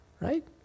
right